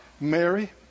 Mary